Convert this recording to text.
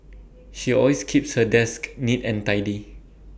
she always keeps her desk neat and tidy